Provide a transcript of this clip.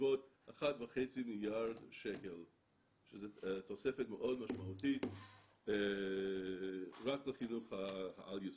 בסביבות 1.5 מיליארד שקל שזה תוספת מאוד משמעותית רק לחינוך העל-יסודי.